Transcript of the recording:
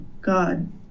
God